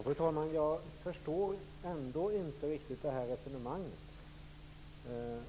Fru talman! Jag förstår ändå inte riktigt det här resonemanget.